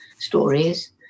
stories